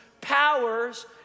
powers